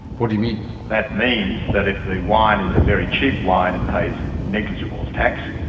what do you mean? that means that if the wine is a very cheap wine it pays negligible tax,